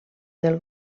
del